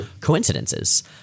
coincidences